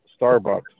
Starbucks